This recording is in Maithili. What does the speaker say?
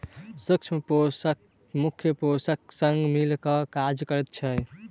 सूक्ष्म पोषक मुख्य पोषकक संग मिल क काज करैत छै